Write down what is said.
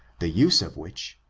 the use of which,